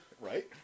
Right